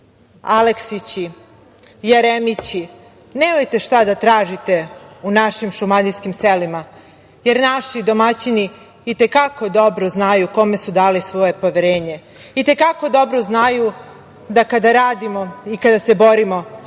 Aleksići, Jeremići, nemate šta da tražite u našim šumadijskim selima, jer naši domaćini i te kako dobro znaju kome su dali svoje poverenje, i te kako dobro znaju da kada radimo i kada se borimo